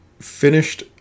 finished